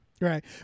Right